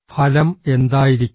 ഫലം എന്തായിരിക്കും